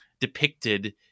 depicted